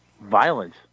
violence